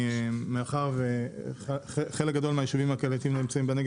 מאחר וחלק גדול מהיישובים האלה נמצאים בנגב